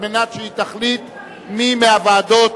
על מנת שהיא תחליט מי מהוועדות